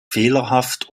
fehlerhaft